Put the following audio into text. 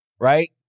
right